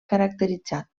caracteritzat